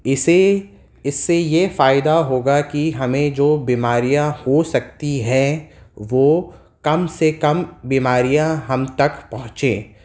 اسے اس سے یہ فائدہ ہوگا کہ ہمیں جو بیماریاں ہو سکتی ہیں وہ کم سے کم بیماریاں ہم تک پہنچے